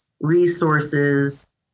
resources